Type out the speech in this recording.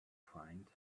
find